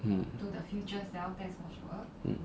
mm